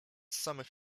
samych